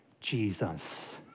Jesus